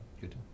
Good